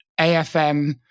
AFM